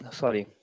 sorry